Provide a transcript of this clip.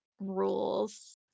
rules